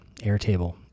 airtable